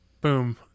Boom